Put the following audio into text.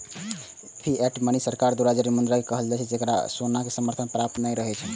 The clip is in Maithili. फिएट मनी सरकार द्वारा जारी मुद्रा कें कहल जाइ छै, जेकरा सोनाक समर्थन प्राप्त नहि रहै छै